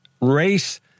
race